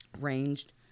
ranged